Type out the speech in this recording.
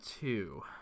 two